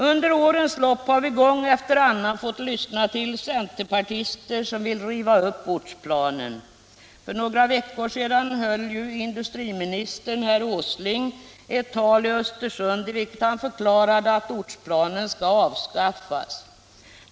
Under årens lopp har vi gång efter annan fått lyssna till centerpartister som velat riva upp beslutet om ortsplanen. För några veckor sedan höll industriminister Åsling ett tal i Östersund, i vilket han förklarade att ortsplanen skall avskaffas.